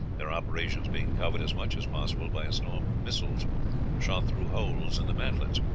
their operations being covered as much as possible by a storm of missiles shot through holes in the mantlets.